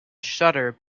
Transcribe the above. shudder